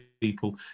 people